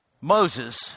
Moses